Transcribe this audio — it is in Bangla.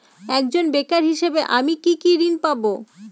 একজন বেকার হিসেবে আমি কি কি ঋণ পাব?